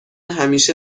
همیشه